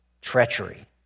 treachery